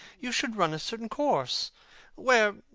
you should run a certain course where,